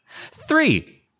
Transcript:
Three